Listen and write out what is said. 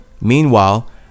Meanwhile